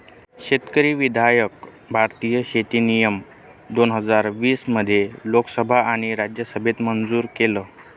शेतकरी विधायक भारतीय शेती नियम दोन हजार वीस मध्ये लोकसभा आणि राज्यसभेत मंजूर केलं